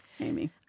Amy